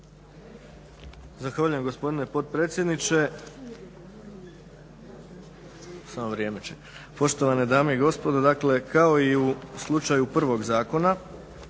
Zahvaljujem gospodine potpredsjedniče. Poštovane dame i gospodo. Dakle kao i u slučaju prvog zakona,